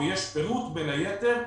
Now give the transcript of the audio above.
ויש פירוט בין היתר,